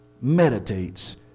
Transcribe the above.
meditates